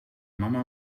mama